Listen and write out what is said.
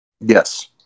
Yes